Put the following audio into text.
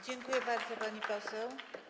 Dziękuję bardzo, pani poseł.